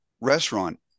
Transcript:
restaurant